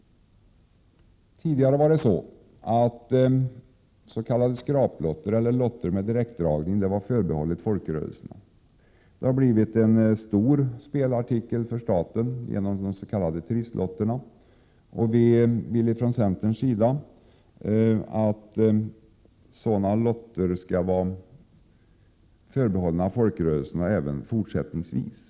Tidigare var det så att s.k. skraplotter eller lotter med direktdragning var förbehållna folkrörelserna. Det har blivit en stor spelartikel för staten genom de s.k. trisslotterna. Centern vill att sådana lotter skall vara förbehållna folkrörelserna även fortsättningsvis.